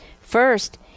First